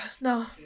No